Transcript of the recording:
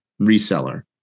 reseller